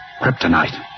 Kryptonite